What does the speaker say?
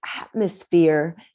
atmosphere